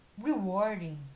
rewarding